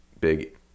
big